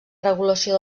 regulació